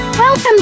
Welcome